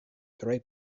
tre